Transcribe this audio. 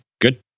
good